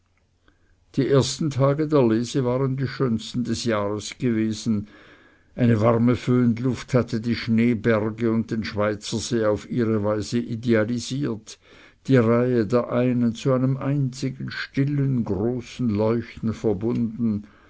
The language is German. die ersten tage der lese waren die schönsten des jahres gewesen eine warme föhnluft hatte die schneeberge und den schweizersee auf ihre weise idealisiert die reihe der einen zu einem einzigen stillen großen leuchten verbunden